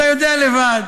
אתה יודע לבד.